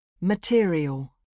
material